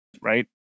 right